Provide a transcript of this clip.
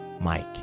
Mike